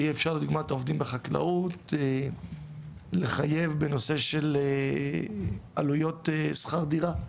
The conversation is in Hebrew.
לדוגמא העובדים בחקלאות יהיה אפשר לחייב בנושא של עלויות שכר דירה,